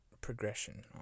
progression